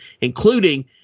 including